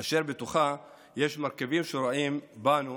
אשר בתוכה יש מרכיבים שרואים אותנו,